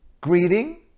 greeting